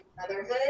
motherhood